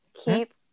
Keep